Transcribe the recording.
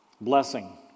Blessing